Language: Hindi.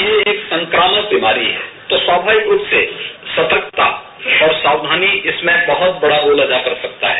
यह एक संक्रमित बीमारी है तो स्वामाविक रूप से सतर्कता और साक्षानी इसमें बहत बढ़ा रोल अदा कर सकता है